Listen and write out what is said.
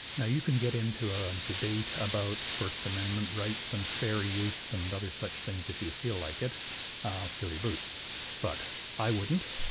now you can get into a debate about first amendment rights and fair use and other such things if you feel like it fill your boots but i wouldn't.